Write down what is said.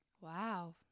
wow